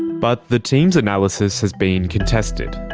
but the team's analysis has been contested.